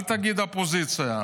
אל תגיד אופוזיציה.